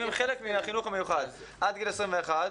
אם הם חלק מהחינוך המיוחד עד גיל 21,